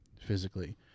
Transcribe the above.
physically